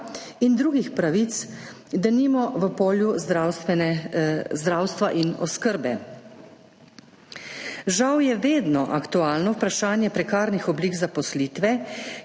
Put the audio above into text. in drugih pravic, denimo v polju zdravstva in oskrbe. Žal je vedno aktualno vprašanje prekarnih oblik zaposlitve,